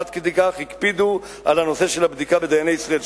עד כדי כך הקפידו על הנושא של הבדיקה בדייני ישראל,